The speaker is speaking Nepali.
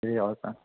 ए हजुर